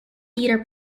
theater